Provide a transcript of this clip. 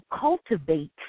cultivate